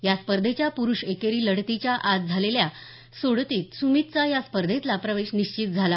या स्पर्धेच्या प्रुष एकेरी लढतीच्या आज झालेल्या सोडतीत सुमीतचा या स्पर्धेतला प्रवेश निश्चित झाला